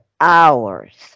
hours